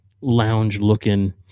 lounge-looking